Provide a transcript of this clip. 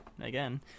again